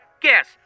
Guess